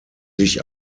sich